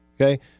Okay